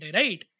right